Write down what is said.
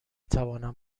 توانم